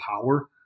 power